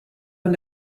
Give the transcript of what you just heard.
von